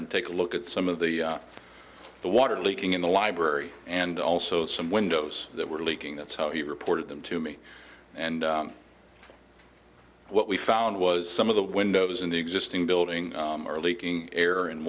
and take a look at some of the the water leaking in the library and also some windows that were leaking that's how he reported them to me and what we found was some of the windows in the existing building are leaking air and